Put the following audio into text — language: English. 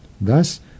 Thus